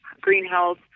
greenhouse